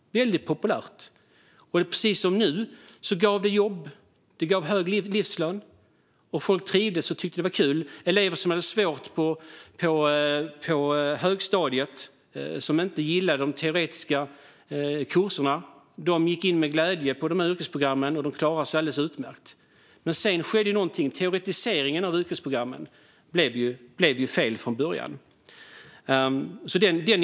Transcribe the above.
Precis som nu gav de jobb och hög livslön, och folk trivdes och tyckte att det var kul. Elever som hade det svårt på högstadiet, som inte gillade de teoretiska kurserna, gick med glädje in på yrkesprogrammen och klarade sig alldeles utmärkt. Sedan skedde någonting. Teoretiseringen av yrkesprogrammen blev fel från början.